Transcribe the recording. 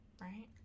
Right